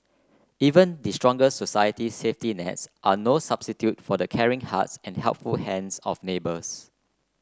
even the strongest society safety nets are no substitute for the caring hearts and helpful hands of neighbours